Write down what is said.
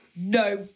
No